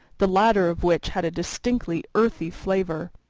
the latter of which had a distinctly earthy flavour.